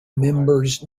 members